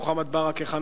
מוחמד ברכה,